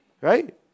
right